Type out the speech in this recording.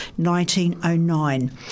1909